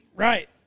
Right